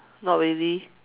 not really